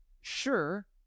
Sure